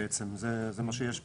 זה מה שיש פה,